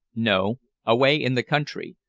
no. away in the country.